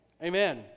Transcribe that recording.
Amen